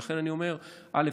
ולכן אני אומר: א.